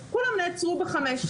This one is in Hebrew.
אז כולם נעצרו בחמש.